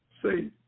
Say